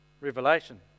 Revelation